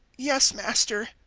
yes, master,